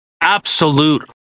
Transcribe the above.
Absolute